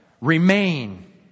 Remain